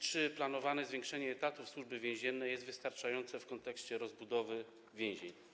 Czy planowane zwiększenie etatów Służby Więziennej jest wystarczające w kontekście rozbudowy więzień?